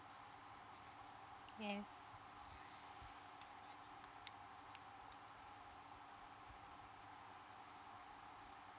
yes